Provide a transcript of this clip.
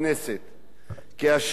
כאשר הודרו